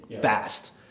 fast